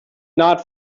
not